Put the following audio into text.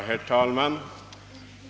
Herr talman!